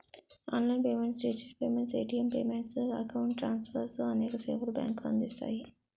online payments digital payments, ATM payments, account transfer అనేక సేవలు బ్యాంకులు అందిస్తాయి